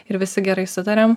ir visi gerai sutariam